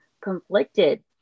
conflicted